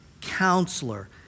counselor